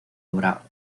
obra